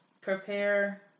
prepare